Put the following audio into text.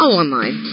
online